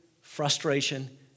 frustration